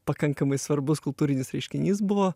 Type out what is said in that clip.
pakankamai svarbus kultūrinis reiškinys buvo